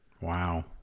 Wow